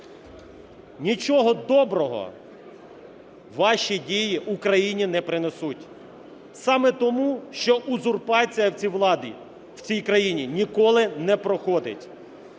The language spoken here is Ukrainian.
Нічого доброго ваші дії Україні не принесуть саме тому, що узурпація в цій владі, в цій країні ніколи не проходить.